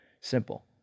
Simple